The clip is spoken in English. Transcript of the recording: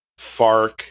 FARC